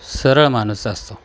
सरळ माणूस असतो